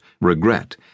regret